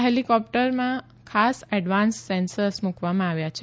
આ હેલીકોપ્ટરમાં ખાસ એડવાન્સડ સેન્સર્સ મુકવામાં આવ્યા છે